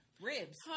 ribs